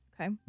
Okay